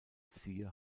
siehe